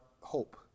hope